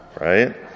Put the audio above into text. Right